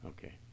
Okay